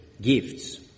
gifts